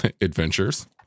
adventures